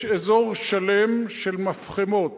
יש אזור שלם של מפחמות,